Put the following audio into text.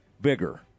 bigger